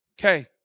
Okay